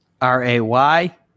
r-a-y